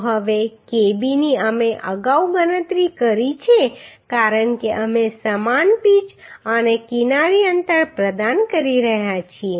તો હવે kb ની અમે અગાઉ ગણતરી કરી છે કારણ કે અમે સમાન પિચ અને કિનારી અંતર પ્રદાન કરી રહ્યા છીએ